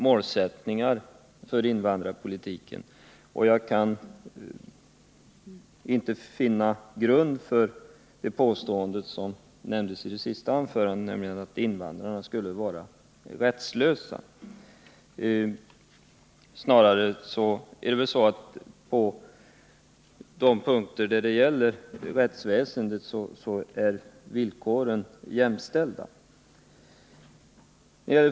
Jag anser inte att det finns någon grund för Alexander Chrisopoulos påstående att invandrarna skulle vara rättslösa — i rättshänseende är alla jämställda.